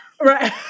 Right